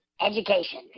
education